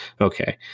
okay